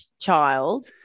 child